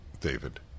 David